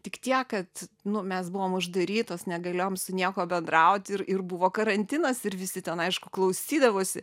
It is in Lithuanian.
tik tiek kad nu mes buvom uždarytos negalėjom su niekuo bendrauti ir ir buvo karantinas ir visi ten aišku klausydavosi